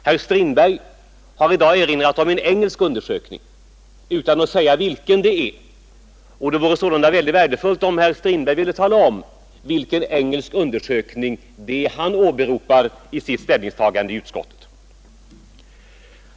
Herr Strindberg har i dag erinrat om en engelsk undersökning utan att säga vilken det gäller. Det vore sålunda mycket värdefullt om herr Strindberg ville tala om vilken engelsk undersökning det är som han åberopar för sitt ställningstagande i utskottet.